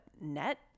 net